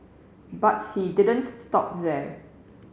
but he didn't stop there